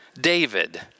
David